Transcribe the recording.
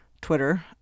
Twitter